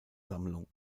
sammlung